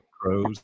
crows